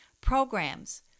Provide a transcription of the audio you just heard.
programs